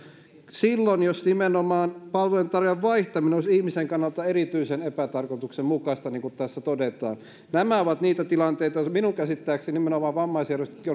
silloin jos nimenomaan palveluntarjoajan vaihtaminen olisi ihmisen kannalta erityisen epätarkoituksenmukaista niin kuin tässä todetaan nämä ovat niitä tilanteita joihin minun käsittääkseni nimenomaan vammaisjärjestötkin